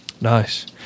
Nice